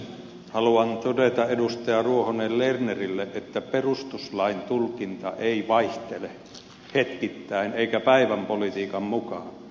haluan todeta edustaja ruohonen lernerille että perustuslain tulkinta ei vaihtele hetkittäin eikä päivänpolitiikan mukaan